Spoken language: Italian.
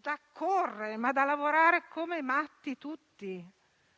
da correre e da lavorare tutti come matti,